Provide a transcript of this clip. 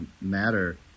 matter